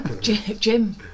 Jim